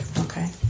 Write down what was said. Okay